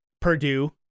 Purdue